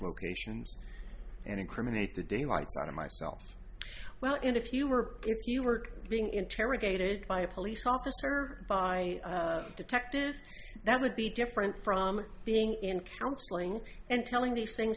locations and incriminate the daylights out of myself well in if you were if you were being interrogated by a police officer by a detective that would be different from being in counseling and telling these things